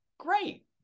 Great